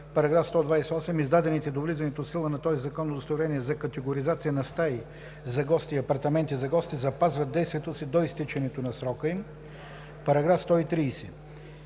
128: „§ 128. Издадените до влизането в сила на този закон удостоверения за категоризация на стаи за гости и апартаменти за гости запазват действието си до изтичането на срока им.“